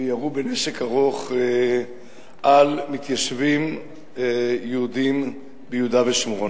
וירו בנשק ארוך על מתיישבים יהודים ביהודה ושומרון.